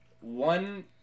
one